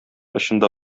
очында